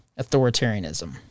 authoritarianism